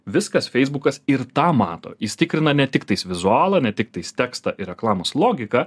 viskas feisbukas ir tą mato jis tikrina ne tik tais vizualą ne tiktai tekstą ir reklamos logiką